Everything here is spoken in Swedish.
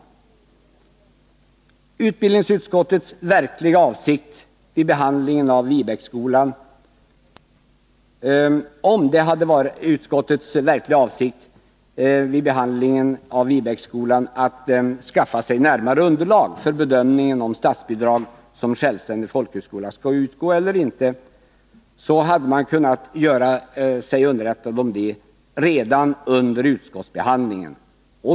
Om utbildningsutskottets verkliga avsikt vid behandlingen av Viebäcksskolan varit att skaffa sig närmare underlag för bedömningen av om statsbidrag skall utgå eller inte till självständig folkhögskola, så hade man kunnat göra sig underrättad om det redan under utskottsbehandlingen.